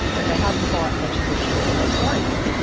and they haven't bought much additional u. s. hardware.